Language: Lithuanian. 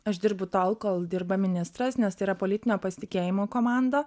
aš dirbu tol kol dirba ministras nes tai yra politinio pasitikėjimo komanda